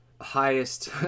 highest